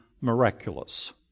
miraculous